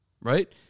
right